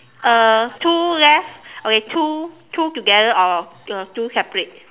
uh two left okay two two together or uh two separate